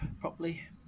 properly